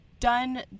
done